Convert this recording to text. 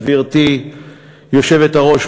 גברתי היושבת-ראש,